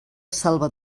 salva